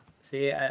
see